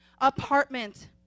apartment